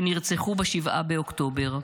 שנרצחו ב-7 באוקטובר,